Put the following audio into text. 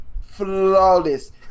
flawless